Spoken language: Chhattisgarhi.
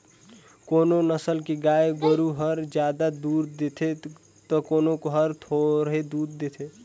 कोनो नसल के गाय गोरु हर जादा दूद देथे त कोनो हर थोरहें दूद देथे